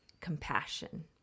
compassion